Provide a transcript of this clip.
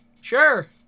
sure